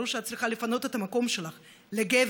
ברור שאת צריכה לפנות את המקום שלך לגבר,